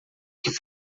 que